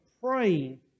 praying